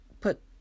put